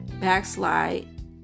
backslide